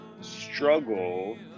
struggle